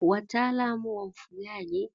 Wataalamu wa ufungaji